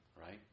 Right